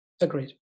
agreed